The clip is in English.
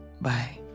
Bye